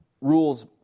rules